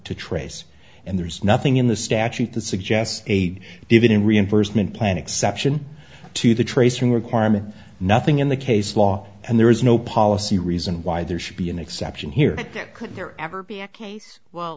to trace and there's nothing in the statute that suggests a given reimbursement plan exception to the trace requirement nothing in the case law and there is no policy reason why there should be an exception here